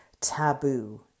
taboo